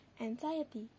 anxiety